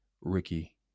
Ricky